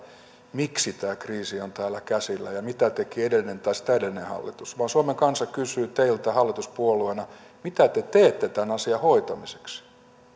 miksi tämä kriisi on täällä käsillä ja mitä teki edellinen tai sitä edellinen hallitus vaan suomen kansa kysyy teiltä hallituspuolueina mitä te teette tämän asian hoitamiseksi